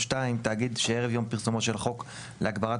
תאגיד שערב יום פרסומו של החוק להגברת